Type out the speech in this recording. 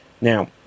Now